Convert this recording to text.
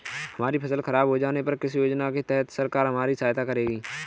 हमारी फसल खराब हो जाने पर किस योजना के तहत सरकार हमारी सहायता करेगी?